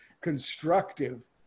constructive